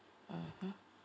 mmhmm